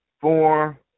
Four